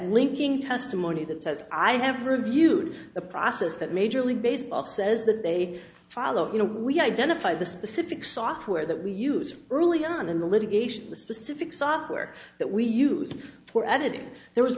linking testimony that says i have reviewed the process that major league baseball said is that they follow you know we identify the specific software that we use early on in the litigation the specific software that we use for editing there was